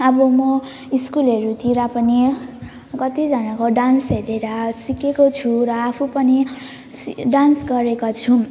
अब म स्कुलहरूतिर पनि कतिजनाको डान्स हेरेर सिकेको छु र आफू पनि डान्स गरेको छु